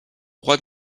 roi